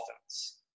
offense